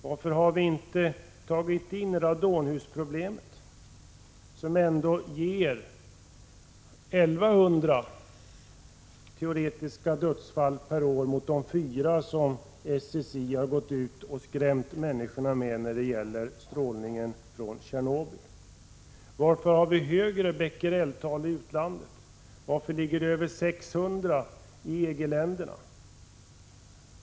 Varför har inte radonhusproblemet tagits upp, som ändå ger 1 100 teoretiska dödsfall per år jämfört med de fyra dödsfall per år som SSI har skrämt människorna med när det gäller strålningen från Tjernobyl? Varför finns det högre gränsvärden i utlandet? Varför ligger gränsvärdena över 600 Bq i EG-länderna?